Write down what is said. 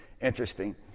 interesting